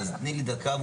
אז תני לי דקה.